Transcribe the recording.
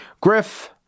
Griff